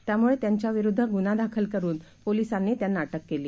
त्यामुळे त्यांच्या विरुद्ध गुन्हा दाखल करून पोलिसांनी त्यांना अटक केली